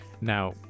now